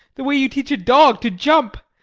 the way you teach a dog to jump.